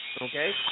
okay